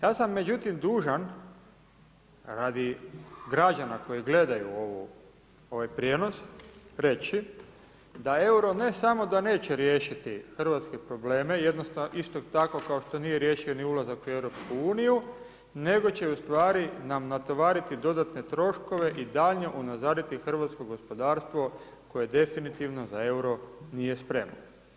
Ja sam, međutim, dužan radi građana koji gledaju ovaj prijenos reći da euro ne samo da neće riješiti hrvatske probleme, jednostavno isto tako kao što nije riješio ni ulazak u EU, nego će u stvari nam natovariti dodatne troškove i daljnje unazaditi hrvatsko gospodarstvo koje definitivno za euro nije spremno.